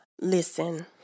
listen